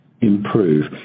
improve